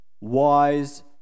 wise